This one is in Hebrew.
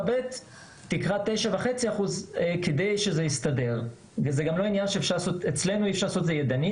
ב' תקרא 9.5%". אצלנו גם אי אפשר לעשות את זה ידנית.